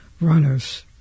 runners